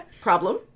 Problem